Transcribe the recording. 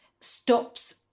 stops